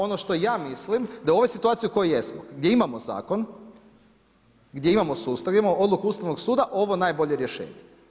Ono što ja mislim, da u ovoj situaciji u kojoj jesmo, gdje imamo zakon, gdje imamo sustav, imamo odluku Ustavnog suda, ovo je najbolje rješenje.